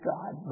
God